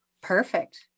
Perfect